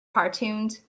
cartoons